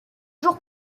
jours